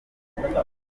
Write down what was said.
iharanira